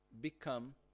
become